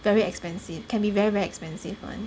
very expensive can be very very expensive [one]